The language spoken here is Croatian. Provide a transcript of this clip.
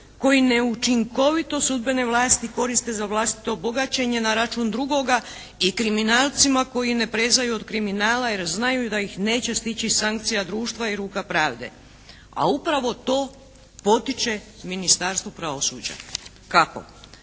koji neučinkovitost sudbene vlasti koriste za vlastito bogaćenje na račun drugoga i kriminalcima koji ne prezaju od kriminala jer znaju da ih neće stići sankcija društva i ruka pravde. A upravo to potiče Ministarstvo pravosuđa. Kako?